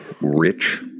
rich